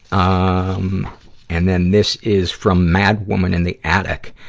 um and then this is from mad woman in the attic.